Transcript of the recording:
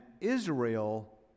Israel